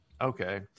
okay